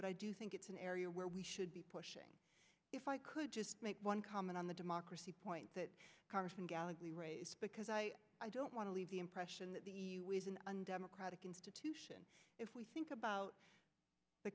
but i do think it's an area where we should be pushing if i could just make one comment on the democracy point that congressman gallantly raised because i i don't want to leave the impression that the is an undemocratic institution if we think about the